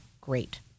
great